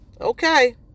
okay